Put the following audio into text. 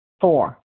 Four